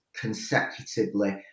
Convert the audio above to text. consecutively